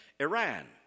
Iran